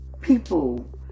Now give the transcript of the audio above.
people